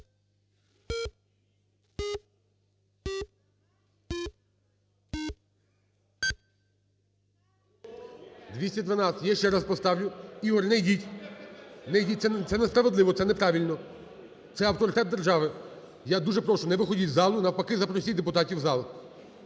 212. Я ще раз поставлю. Ігор, не йдіть, це несправедливо, це неправильно, це авторитет держави. Я дуже прошу, не виходьте з залу, навпаки, запросіть депутатів в зал.